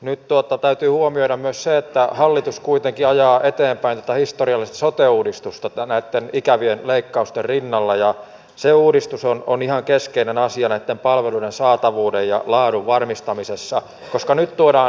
nyt tuota täytyy huomioida myös se että hallitus kuitenkin ajaa eteenpäin historiallista sote uudistusta näitten ikävien leikkausten rinnalla ja se on vakiinnuttanut asemansa ainoana palveluna joka tavoittaa jo syrjäytettyjä nuoria